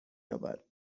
یابد